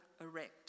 erect